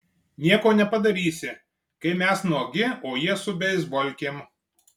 nieko nepadarysi kai mes nuogi o jie su beisbolkėm